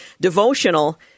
devotional